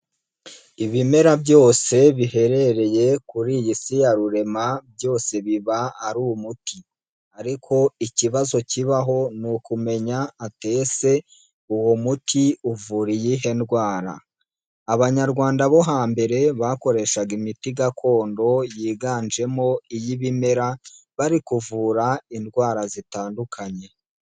Ibimera byose biherereye kuri iyi si ya rurema, byose biba ari umuti ariko ikibazo kibaho ni ukumenya uti ese uwo muti uvura iyihe ndwara. Abanyarwanda bo hambere bakoreshaga imiti gakondo yiganjemo iy'ibimera, bari kuvura indwara zitandukanye.